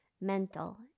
mental